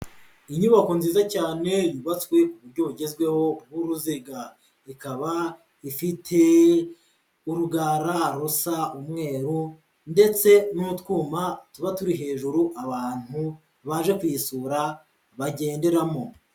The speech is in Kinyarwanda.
Inyubako nziza cyane yubatswe ku buryo bugezweho b'uruziga, ikaba ifite urugara rusa umweru ndetse n'utwuma tuba turi hejuru abantu baje kuyisu bagenderamo.